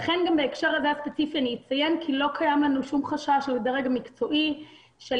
בהקשר הספציפי הזה אני אציין כי לא קיים לנו שום חשש לדרג מקצועי של